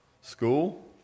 School